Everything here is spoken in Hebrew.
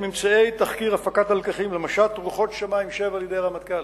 ממצאי תחקיר הפקת הלקחים ממשט "רוחות שמים 7" לידי הרמטכ"ל.